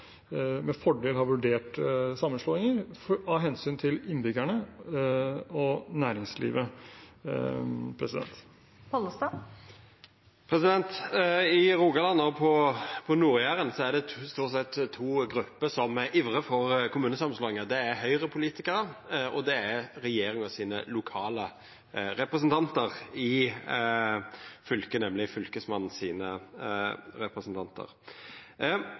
vurdert sammenslåing, av hensyn til innbyggerne og næringslivet. I Rogaland og på Nord-Jæren er det stort sett to grupper som ivrar for kommunesamanslåingar. Det er Høgre-politikarar og det er regjeringa sine lokale representantar i fylket, nemleg Fylkesmannen sine representantar.